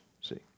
See